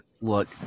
Look